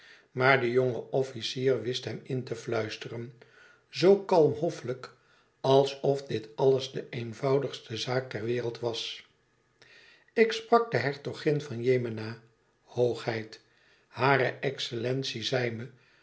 maar de jonge officier wist hem in te fluisteren zo kalm hoffelijk alsof dit alles de eenvoudigste zaak ter wereld was ik sprak de hertogin van yemena hoogheid hare excellentie zei me